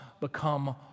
become